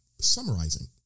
summarizing